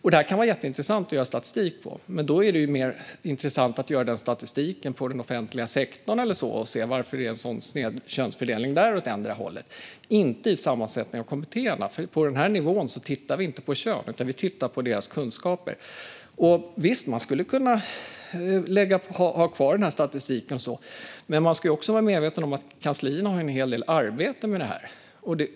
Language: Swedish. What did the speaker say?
Detta kan det vara jätteintressant att göra statistik över, men det är mer intressant att göra statistik över den offentliga sektorn eller så och titta på varför det är en sned könsfördelning där åt ettdera hållet - inte över sammansättningen av kommittéerna. På den nivån tittar vi inte på kön, utan vi tittar på kunskaper. Visst, man skulle kunna ha kvar den här statistiken. Men man ska vara medveten om att kanslierna har en hel del arbete med detta.